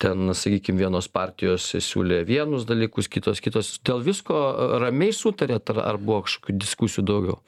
ten sakykim vienos partijos siūlė vienus dalykus kitos kitus dėl visko ramiai sutarėt ar buvo kažkokių diskusijų daugiau